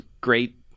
great